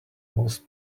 most